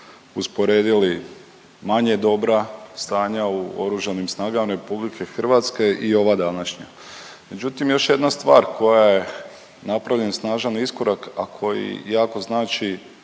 usporedili manje dobra stanja u oružanim snagama RH i ova današnja. Međutim, još jedna stvar koja je napravljen snažan iskorak, a koji jako znači